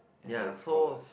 Indian scholars